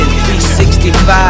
365